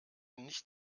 nicht